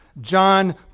John